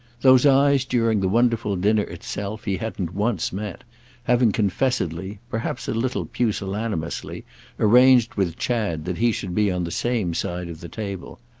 those eyes during the wonderful dinner itself he hadn't once met having confessedly perhaps a little pusillanimously arranged with chad that he should be on the same side of the table.